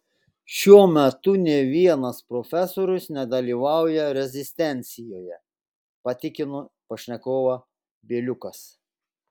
šiuo metu nė vienas profesorius nedalyvauja rezistencijoje patikino pašnekovą bieliukas